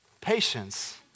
patience